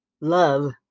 Love